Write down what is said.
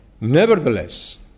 Nevertheless